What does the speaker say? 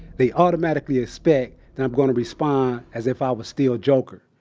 they automatically expect that i'm going to respond as if i was still joker